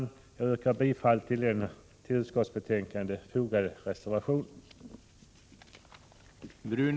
Jag yrkar bifall till den till utskottsbetänkandet fogade reservationen.